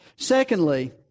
Secondly